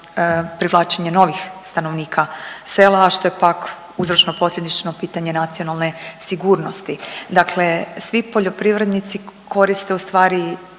privlačenje novih stanovnika sela, a što je pak uzročno-posljedično pitanje nacionalne sigurnosti. Dakle svi poljoprivrednici koriste ustvari